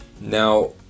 Now